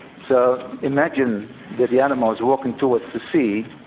so, imagine that the animal is walking towards the sea.